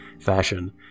fashion